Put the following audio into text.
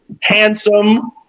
handsome